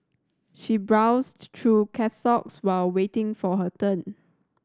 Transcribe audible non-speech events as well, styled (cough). she browsed through (unintelligible) while waiting for her turn